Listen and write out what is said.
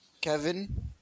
Kevin